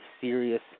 serious